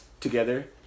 together